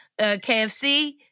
KFC